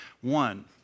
one